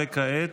וכעת?